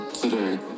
today